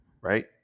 right